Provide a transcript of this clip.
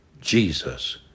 Jesus